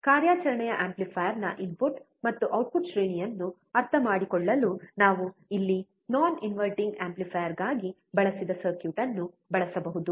ಕಾರ್ಯಾಚರಣೆಯ ಆಂಪ್ಲಿಫೈಯರ್ನ ಇನ್ಪುಟ್ ಮತ್ತು ಔಟ್ಪುಟ್ ಶ್ರೇಣಿಯನ್ನು ಅರ್ಥಮಾಡಿಕೊಳ್ಳಲು ನಾವು ಇಲ್ಲಿ ನೋನ್ ಇನ್ವರ್ಟಿಂಗ್ ಆಂಪ್ಲಿಫೈಯರ್ ಗಾಗಿ ಬಳಸಿದ ಸರ್ಕ್ಯೂಟ್ ಅನ್ನು ಬಳಸಬಹುದು